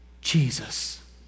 Jesus